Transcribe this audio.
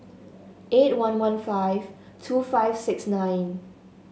eight one one five two five six nine